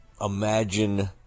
imagine